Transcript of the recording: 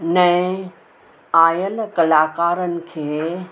नए आयलु कलाकारनि खे